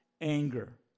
anger